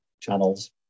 channels